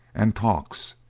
and talks.